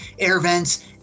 AirVent's